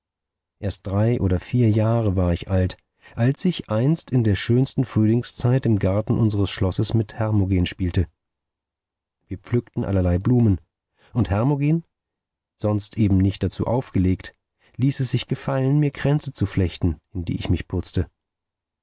erst drei oder vier jahre war ich alt als ich einst in der schönsten frühlingszeit im garten unseres schlosses mit hermogen spielte wir pflückten allerlei blumen und hermogen sonst eben nicht dazu aufgelegt ließ es sich gefallen mir kränze zu flechten in die ich mich putzte